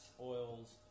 oils